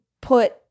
put